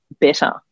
better